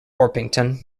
orpington